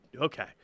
okay